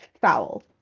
foul